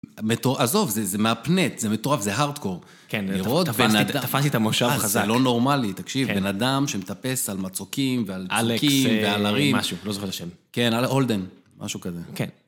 עזוב, זה מהפנט, זה מטורף, זה הארדקור. כן, תפסתי את המושב החזק. זה לא נורמלי, תקשיב, בן אדם שמטפס על מצוקים ועל צוקים ועל הרים. משהו, לא זוכר את השם. כן, הולדן, משהו כזה. כן.